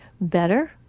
better